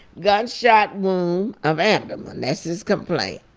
gunshot wound of abdomen, that's his complaint.